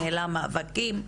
ניהלה מאבקים,